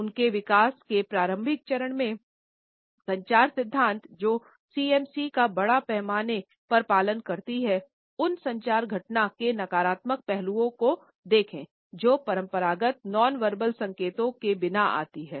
उनके विकास के प्रारंभिक चरण में संचार सिद्धांत जो सीएमसी का बड़े पैमाने पर पालन करती हैं उन संचार घटना के नकारात्मक पहलुओं को देखा जो परंपरागत नॉन वर्बल संकेतों के बिना आती हैं